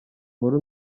nkuru